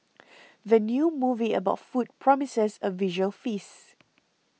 the new movie about food promises a visual feast